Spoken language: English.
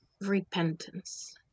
repentance